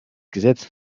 gesetz